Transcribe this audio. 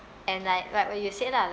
and like like what you said lah